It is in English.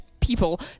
people